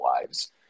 lives